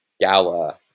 gala